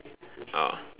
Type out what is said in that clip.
oh